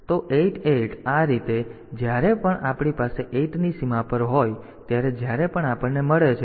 તો 88 આ રીતે જ્યારે પણ આપણી પાસે 8 ની સીમા પર હોય ત્યારે જ્યારે પણ આપણને મળે છે